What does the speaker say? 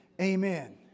Amen